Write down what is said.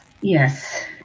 yes